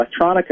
electronica